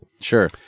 Sure